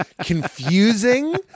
confusing